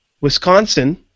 Wisconsin